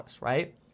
right